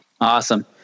Awesome